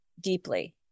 deeply